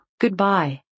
Goodbye